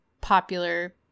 popular